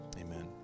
Amen